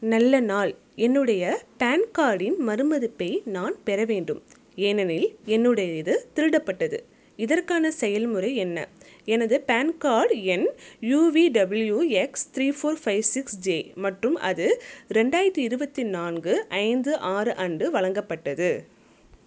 நல்ல நாள் என்னுடைய பேன் கார்டின் மறுமதிப்பை நான் பெற வேண்டும் ஏனெனில் என்னுடையது திருடப்பட்டது இதற்கான செயல்முறை என்ன எனது பேன் கார்ட் எண் U V W X three four five six J மற்றும் அது ரெண்டாயிரத்தி இருபத்தி நான்கு ஐந்து ஆறு அன்று வழங்கப்பட்டது